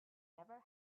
never